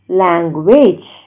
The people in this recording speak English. language